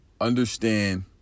understand